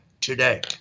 today